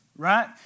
right